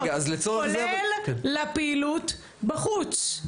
כולל לפעילות בחוץ,